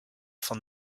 from